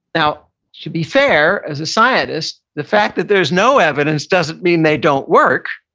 now to be fair, as a scientist, the fact that there is no evidence doesn't mean they don't work.